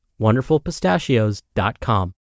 wonderfulpistachios.com